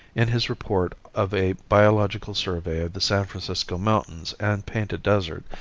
in his report of a biological survey of the san francisco mountains and painted desert,